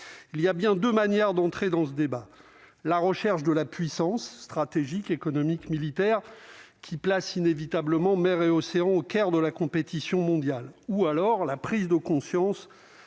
il y a bien 2 manières d'entrer dans ce débat, la recherche de la puissance stratégique, économique, militaire qui place inévitablement mers et océans, au coeur de la compétition mondiale, ou alors la prise de conscience